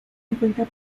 encuentra